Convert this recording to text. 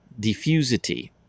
diffusivity